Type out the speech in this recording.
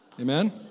Amen